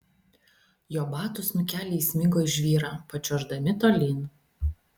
jo batų snukeliai įsmigo į žvyrą pačiuoždami tolyn